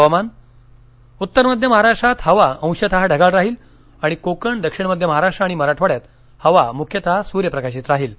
हवामान अंदाज उत्तर मध्य महाराष्ट्रात हवा अंशतः ढगाळ राहील आणि कोकण दक्षिण मध्य महाराष्ट्र आणि मराठवाड़यात हवा मुख्यतः सुर्यप्रकाशित राहील